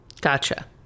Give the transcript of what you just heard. Gotcha